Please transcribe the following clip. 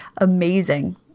Amazing